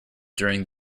during